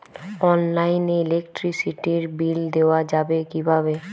অনলাইনে ইলেকট্রিসিটির বিল দেওয়া যাবে কিভাবে?